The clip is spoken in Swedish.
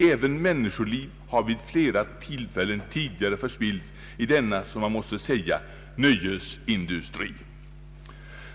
Även människoliv har vid flera tillfällen tidigare förspillts i denna, som man måste säga, nöjesindustri.